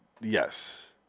Yes